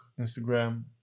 Instagram